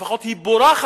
לפחות היא בורחת